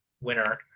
winner